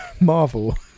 Marvel